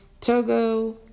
Togo